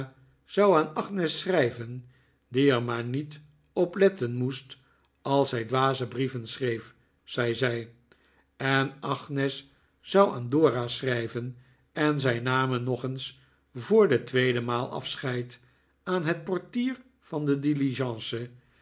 zou aan agnes schrijven die er maar niet op letten moest als zij dwaze brieven schreef zei zij en agnes zou aan dora schrijven en zij namen nog eens voor de tweede maal afscheid aan net portier van de